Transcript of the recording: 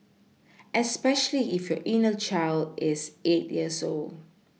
especially if your inner child is eight years old